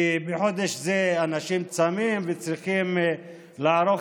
כי בחודש זה אנשים צמים וצריכים לערוך